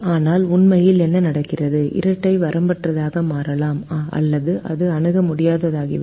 ஆனால் உண்மையில் என்ன நடக்கிறது இரட்டை வரம்பற்றதாக மாறலாம் அல்லது அது அணுக முடியாததாகிவிடும்